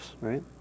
right